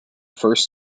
first